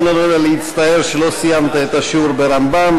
אין לנו אלא להצטער על שלא סיימת את השיעור ברמב"ם,